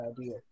idea